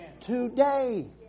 Today